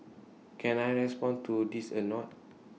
can I respond to this anot